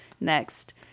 next